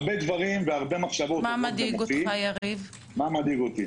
הרבה דברים והרבה מחשבות עוברות במוחי --- מה מדאיג אותך,